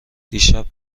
دیشب